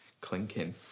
clinking